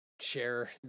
share